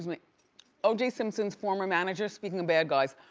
like oj simpson's former manager, speaking of bad guys,